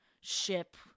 ship